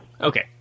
Okay